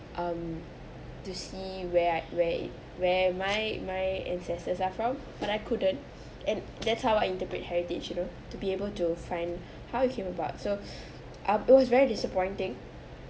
um to see where I where it where my my ancestors are from but I couldn't and that's how I interpret heritage you know to be able to find how you came about so ah it was very disappointing